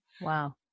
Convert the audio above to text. Wow